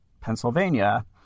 Pennsylvania